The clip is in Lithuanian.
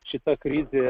šita krizė